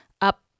up